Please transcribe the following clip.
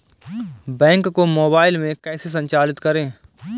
Bank को mobile में कैसे संचालित करें?